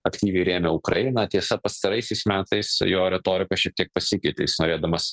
aktyviai rėmė ukrainą tiesa pastaraisiais metais jo retorika šiek tiek pasikeitė jis norėdamas